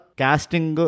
casting